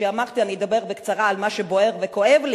כשאמרתי שאדבר בקצרה על מה שבוער וכואב לי,